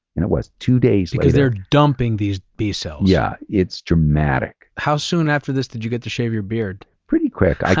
and it was two days because they're dumping these b-cells. yeah, it's dramatic. how soon after this did you get to shave your beard? pretty quick.